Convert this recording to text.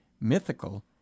mythical